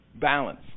Balance